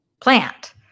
plant